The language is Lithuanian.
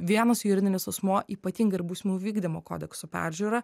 vienas juridinis asmuo ypatingai ir bausmių vykdymo kodekso peržiūra